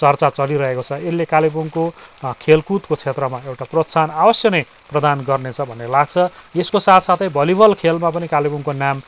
चर्चा चलिरहेको छ यसले कालेबुङको खेलकुदको क्षेत्रमा एउटा प्रोत्साहन अवश्य नै प्रदान गर्नेछ भन्ने लाग्छ यसको साथ साथै भलिबल खेलमा पनि कालेबुङको नाम